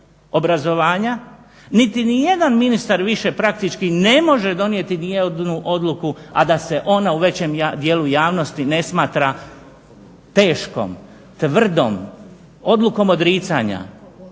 niti nijedan ministar više praktički ne može donijeti nijednu odluku, a da se ona u većem dijelu javnosti ne smatra teškom, tvrdom, odlukom odricanja.